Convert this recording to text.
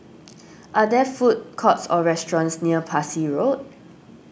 are there food courts or restaurants near Parsi Road